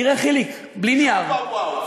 תראה, חיליק, שוב, וואו וואו.